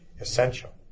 essential